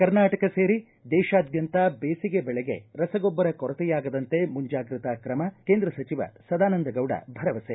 ಕರ್ನಾಟಕ ಸೇರಿ ದೇಶಾದ್ಯಂತ ದೇಸಿಗೆ ಬೆಳೆಗೆ ರಸಗೊಬ್ಬರ ಕೊರತೆಯಾಗದಂತೆ ಮುಂಜಾಗ್ರತಾ ಕ್ರಮ ಕೇಂದ್ರ ಸಚಿವ ಸದಾನಂದಗೌಡ ಭರವಸೆ